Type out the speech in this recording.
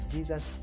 Jesus